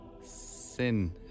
Sin